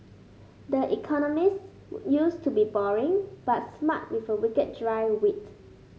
the economist used to be boring but smart with a wicked dry wit